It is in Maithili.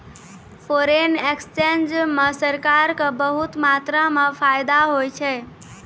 फोरेन एक्सचेंज म सरकार क बहुत मात्रा म फायदा होय छै